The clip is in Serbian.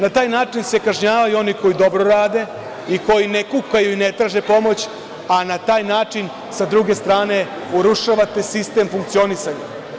Na taj način se kažnjavaju i oni koji dobro rade i koji ne kukaju i ne traže pomoć, a na taj način sa druge strane urušavate sistem funkcionisanja.